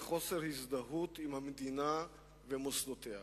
תביא לחוסר הזדהות עם המדינה ועם מוסדותיה.